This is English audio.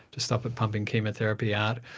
to stop it pumping chemotherapy out,